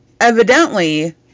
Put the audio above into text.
evidently